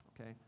Okay